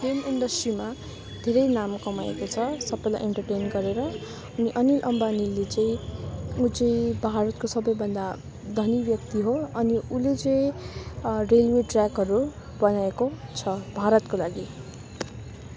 film इन्डस्ट्रीमा धेरै नाम कमाएको छ सबैलाई एन्टरटेन गरेर अनि अनिल अम्बानीले चाहिँ ऊ चाहिँ पाहाडको सबैैभन्दा धनी व्यक्ति हो अनि उसले चाहिँ रेलवे ट्र्याकहरू बनाएको छ भारतको लागि